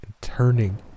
turning